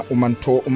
Umanto